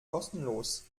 kostenlos